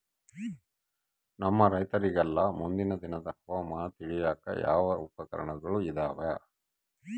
ನಮ್ಮ ರೈತರಿಗೆಲ್ಲಾ ಮುಂದಿನ ದಿನದ ಹವಾಮಾನ ತಿಳಿಯಾಕ ಯಾವ ಉಪಕರಣಗಳು ಇದಾವ?